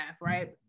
right